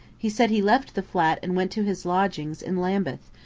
he said he left the flat and went to his lodgings in lambeth,